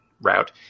route